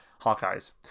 Hawkeyes